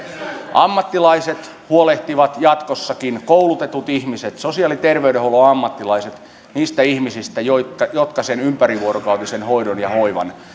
ammattilaiset huolehtivat jatkossakin koulutetut ihmiset sosiaali ja terveydenhuollon ammattilaiset niistä ihmisistä jotka jotka sen ympärivuorokautisen hoidon ja hoivan